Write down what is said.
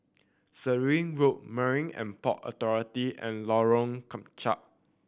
Sirat Road Marine And Port Authority and Lorong Kemunchup